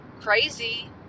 crazy